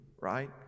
right